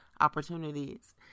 opportunities